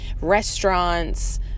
restaurants